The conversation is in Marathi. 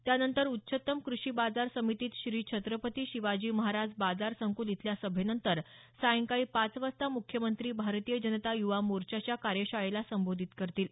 त्यानंतर उच्चतम कृषी बाजार समितीत श्री छत्रपती शिवाजी महाराज बाजार संकूल इथल्या सभेनंतर सायंकाळी पाच वाजता मुख्यमंत्री भारतीय जनता युवा मोर्चाच्या कार्यशाळेला संबोधित करतील